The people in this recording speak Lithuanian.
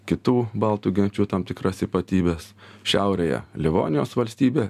kitų baltų genčių tam tikras ypatybes šiaurėje livonijos valstybė